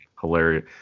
hilarious